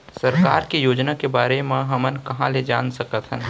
सरकार के योजना के बारे म हमन कहाँ ल जान सकथन?